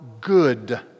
good